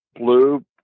blue